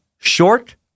Short